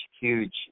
huge